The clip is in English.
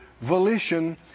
volition